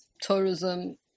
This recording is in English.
tourism